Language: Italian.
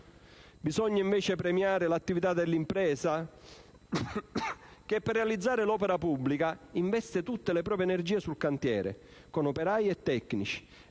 Bisogna invece premiare l'attività dell'impresa che, per realizzare l'opera pubblica, investe tutte le proprie energie sul cantiere, con operai e tecnici,